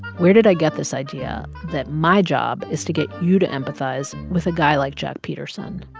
where did i get this idea that my job is to get you to empathize with a guy like jack peterson?